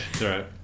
Right